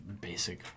basic